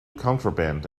contraband